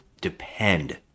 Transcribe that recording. depend